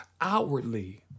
outwardly